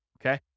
Okay